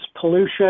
pollution